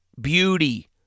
beauty